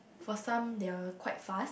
for some they're quite fast